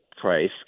price